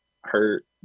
hurt